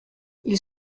ils